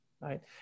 Right